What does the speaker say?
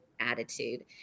attitude